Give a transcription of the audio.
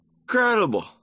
incredible